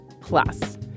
plus